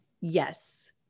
Yes